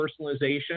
personalization